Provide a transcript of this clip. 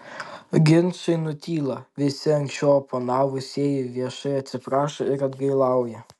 ginčai nutyla visi anksčiau oponavusieji viešai atsiprašo ir atgailauja